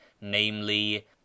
namely